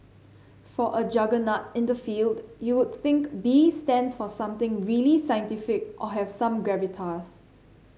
for a juggernaut in the field you would think B stands for something really scientific or have some gravitas